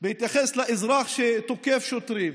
בהתייחס לאזרח שתוקף שוטרים,